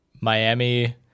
Miami